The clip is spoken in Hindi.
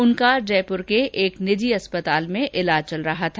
उनका जयपुर के एक निजी अस्पताल में इलाज चल रहा था